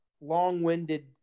long-winded